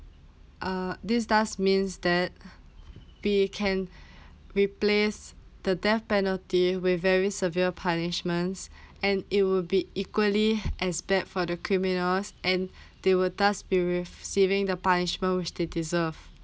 uh this thus means that they can replace the death penalty with very severe punishments and it will be equally as death for the criminals and they will thus be with receiving the punishment which they deserve